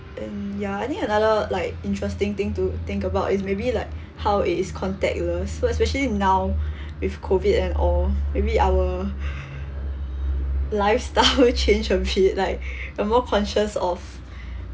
and ya I think another like interesting thing to think about is maybe like how it is contactless so especially now with COVID and all maybe our lifestyle changed a bit like we're more conscious of